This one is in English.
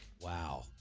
Wow